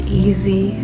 easy